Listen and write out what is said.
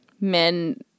men